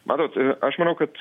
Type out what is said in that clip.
matot aš manau kad